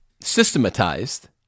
systematized